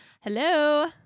Hello